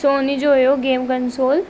Sony जो हुओ game console